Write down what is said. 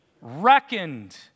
Reckoned